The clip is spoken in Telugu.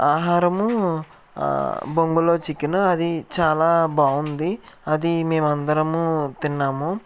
ఆహారము బొంగులో చికెను అది చాలా బాగుంది అది మేమందరము తిన్నాము